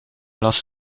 last